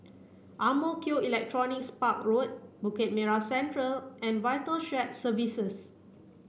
Ang Mo Kio Electronics Park Road Bukit Merah Central and VITAL Shared Services